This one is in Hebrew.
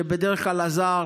שבדרך כלל עזר